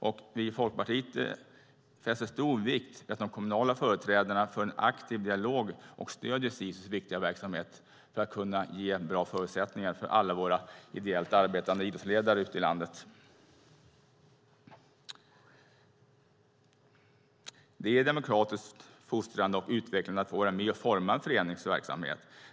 Vi i Folkpartiet fäster stor vikt vid att de kommunala företrädarna för en aktiv dialog och stöder Sisus viktiga verksamhet för att kunna ge bra förutsättningar för alla våra ideellt arbetande idrottsledare ute i landet. Det är demokratiskt fostrande och utvecklande att få vara med och forma en förenings verksamhet.